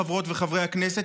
חברות וחברי הכנסת,